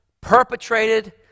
perpetrated